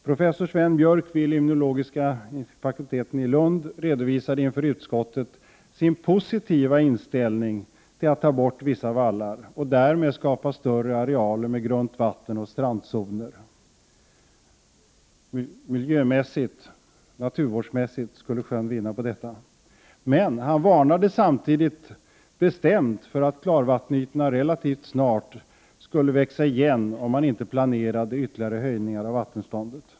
Professor Sven Björk vid limnologiska institutionen i Lund redovisade inför utskottet sin positiva inställning till att ta bort vissa vallar och därmed skapa större arealer med grunt vatten och strandzoner. Miljömässigt och naturvårdsmässigt skulle sjön vinna på detta. Men han varnade samtidigt bestämt för att klarvattenytorna relativt snart skulle växa igen om man inte planerade ytterligare höjningar av vattenståndet.